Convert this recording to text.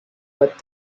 what